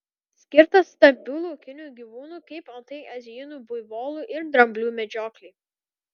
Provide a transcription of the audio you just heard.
skirtas stambių laukinių gyvūnų kaip antai azijinių buivolų ir dramblių medžioklei